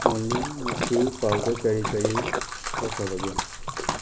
ꯑꯣꯂꯤ ꯉꯁꯤ ꯄꯥꯎꯗ ꯀꯔꯤ ꯀꯔꯤ ꯊꯣꯛꯈ꯭ꯔꯕꯒꯦ